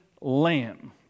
lamb